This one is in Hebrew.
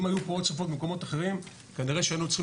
אם היו פה עוד שריפות במקומות אחרים כנראה שהיינו צריכים